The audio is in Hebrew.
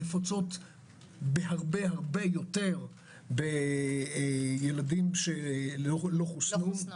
נפוצות בהרבה-הרבה יותר בילדים שלא חוסנו,